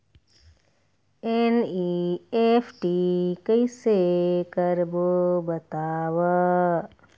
NEFT कैसे करबो बताव?